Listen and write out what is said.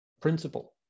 principle